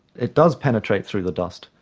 it does penetrate through the dust,